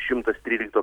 šimtas trylikto